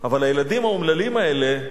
הילדים האומללים האלה,